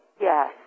Yes